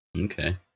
Okay